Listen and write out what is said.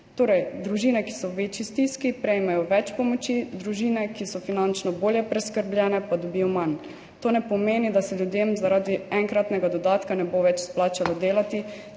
Torej družine, ki so v večji stiski, prejmejo več pomoči, družine, ki so finančno bolje preskrbljene, pa dobijo manj. To ne pomeni, da se ljudem zaradi enkratnega dodatka ne bo več splačalo delati.